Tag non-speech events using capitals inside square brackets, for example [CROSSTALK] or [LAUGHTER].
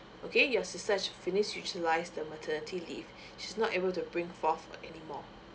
okay your sister has to finish utilised the maternity leave [BREATH] she's not able to bring forth or anymore